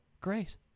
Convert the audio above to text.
Great